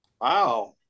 Wow